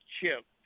Chip